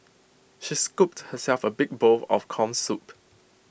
she scooped herself A big bowl of Corn Soup